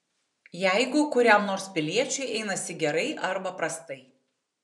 jeigu kuriam nors piliečiui einasi gerai arba prastai